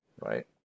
Right